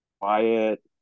quiet